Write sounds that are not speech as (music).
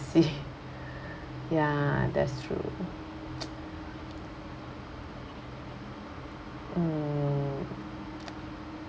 see (breath) ya that's true (noise) mm